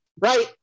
right